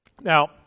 Now